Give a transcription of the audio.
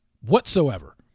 whatsoever